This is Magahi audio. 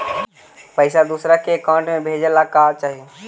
पैसा दूसरा के अकाउंट में भेजे ला का का चाही?